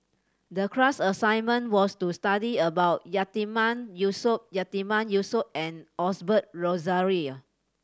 the class assignment was to study about Yatiman Yusof Yatiman Yusof and Osbert Rozario